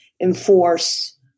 enforce